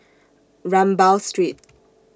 Rambau Street